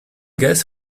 guess